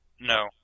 No